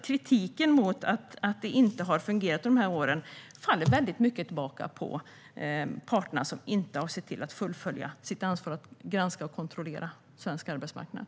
Kritiken mot att det inte har fungerat under dessa år faller mycket tillbaka på parterna som inte har sett till att fullfölja sitt ansvar att granska och kontrollera svensk arbetsmarknad.